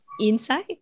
inside